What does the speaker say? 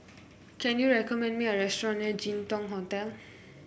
can you recommend me a restaurant near Jin Dong Hotel